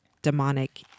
Demonic